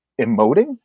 emoting